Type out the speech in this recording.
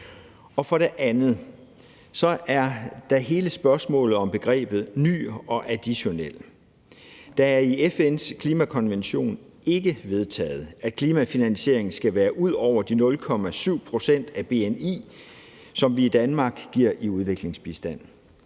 For det andet er der hele spørgsmålet om begrebet ny og additionel. Det er i FN’s klimakonvention ikke vedtaget, at klimafinansiering skal være ud over de 0,7 pct. af bni, som vi i Danmark giver i udviklingsbistand.